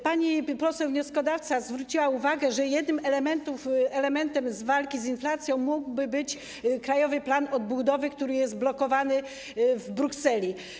Pani poseł wnioskodawca zwróciła uwagę, że jednym z elementów walki z inflacją mógłby być Krajowy Plan Odbudowy, który jest blokowany w Brukseli.